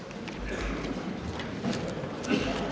Tak